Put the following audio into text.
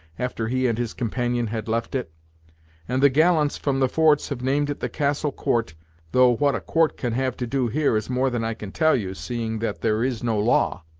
after he and his companion had left it and the gallants from the forts have named it the castle court though what a court can have to do here is more than i can tell you, seeing that there is no law.